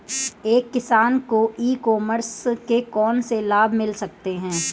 एक किसान को ई कॉमर्स के कौनसे लाभ मिल सकते हैं?